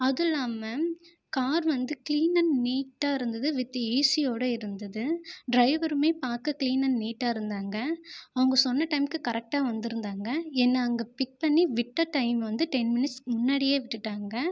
அதுல்லாமல் கார் வந்து clean and நீட்டாகருந்துது வித் ஏசியோடு இருந்தது டிரைவரும் பார்க்க க்ளீன் அன் நீட்டாக இருந்தாங்க அவங்க சொன்ன டைம்க்கு கரெட்டாக வந்திருந்தாங்க என்னை அங்கே பிக் பண்ணி விட்ட டைம் வந்து டென் மினிட்ஸ் முன்னாடியே விட்டுவிட்டாங்க